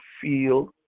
feel